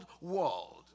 world